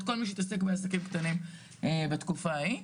את כל מי שהתעסק בעסקים קטנים בתקופה ההיא.